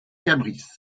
cabris